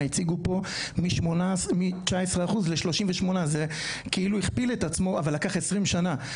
הציגו פה מ-19 אחוזים ל 38. זה כאילו הכפיל את עצמו אבל לקח 20 שנה.